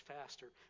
faster